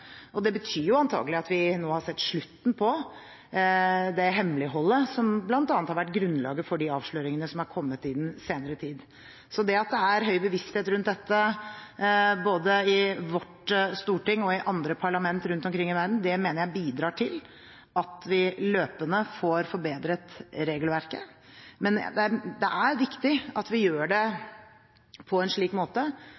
Det er veldig bra. Det betyr antakelig at vi nå har sett slutten på det hemmeligholdet som bl.a. har vært grunnlaget for de avsløringene som har kommet i den senere tid. Så det at det er høy bevissthet rundt dette, både i vårt storting og i andre parlament rundt omkring i verden, mener jeg bidrar til at vi løpende får forbedret regelverket. Men det er